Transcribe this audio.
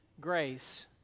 grace